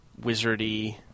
wizardy